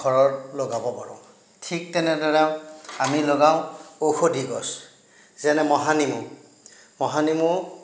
ঘৰত লগাব পাৰোঁ ঠিক তেনেদৰে আমি লগাওঁ ঔষধী গছ যেনে মহা নেমু মহা নেমু